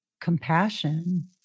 compassion